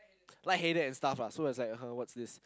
light headed and stuff lah so I was like !huh! what's this